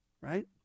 Right